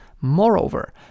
Moreover